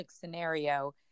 scenario